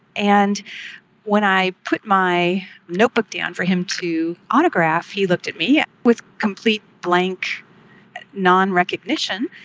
and when i put my notebook down for him to autograph, he looked at me with complete blank nonrecognition,